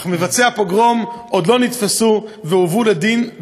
מבצעי הפוגרום עוד לא נתפסו ולא הובאו לדין,